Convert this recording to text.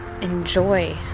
enjoy